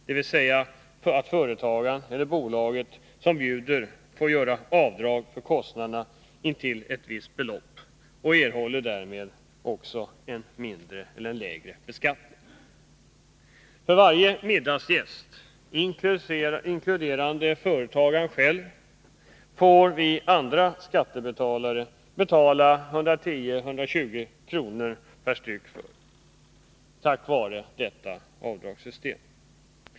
Det är ju så att företagaren eller bolaget som bjuder får göra avdrag för måltidskostnaderna intill ett visst belopp, och man får därmed en lägre beskattningsbar inkomst. För varje middagsgäst, inkl. företagaren själv, får vi andra skattebetalare betala 110-120 kr. på grund av detta avdragssystem.